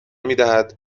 میدهد